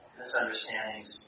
misunderstandings